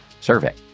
survey